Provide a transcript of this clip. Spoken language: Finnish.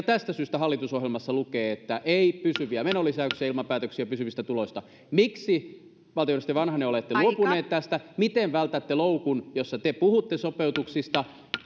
tästä syystä hallitusohjelmassa lukee että ei pysyviä menolisäyksiä ilman päätöksiä pysyvistä tuloista miksi valtiovarainministeri vanhanen olette luopunut tästä miten vältätte loukun jossa te puhutte sopeutuksista